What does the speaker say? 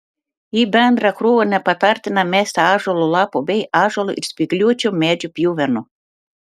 į bendrą krūvą nepatartina mesti ąžuolo lapų bei ąžuolo ir spygliuočių medžių pjuvenų